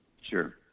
Sure